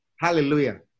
Hallelujah